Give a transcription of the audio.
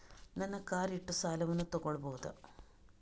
ನನ್ನ ಕಾರ್ ಇಟ್ಟು ಸಾಲವನ್ನು ತಗೋಳ್ಬಹುದಾ?